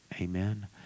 Amen